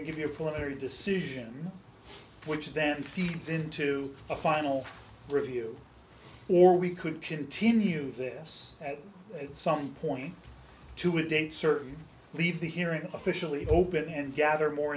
and give your primary decision which then feeds into a final review or we could continue this at some point to a date certain leave the hearing officially open and gather more